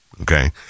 Okay